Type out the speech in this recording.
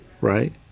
right